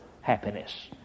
happiness